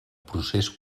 procés